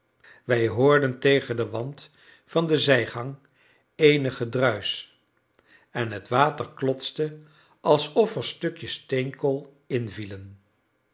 wij hoorden tegen den wand van de zijgang eenig gedruisch en het water klotste alsof er stukjes steenkool invielen